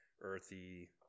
earthy